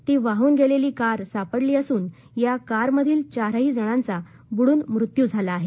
ती वाहन गेलेली कार सापडली असून या कारमधील चारही जणांचा बुडून मृत्यू झाला आहे